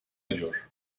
ediyor